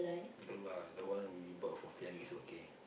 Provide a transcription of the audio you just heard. the one we bought for Fiyan is okay